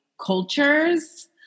cultures